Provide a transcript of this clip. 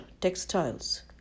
textiles